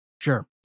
Sure